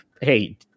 hey